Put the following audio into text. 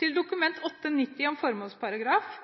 Til Dokument 8:90 S om